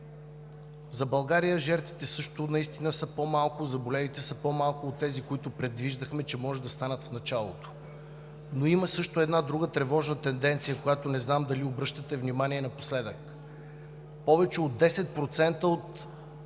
За България жертвите също са по-малко, заболелите са по-малко от тези, които предвиждахме, че може да станат в началото. Има също обаче друга тревожна тенденция, на която не знам дали обръщате внимание напоследък? Повече от 10% не